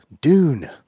Dune